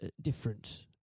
different